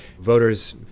Voters